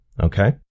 okay